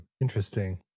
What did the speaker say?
Interesting